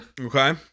Okay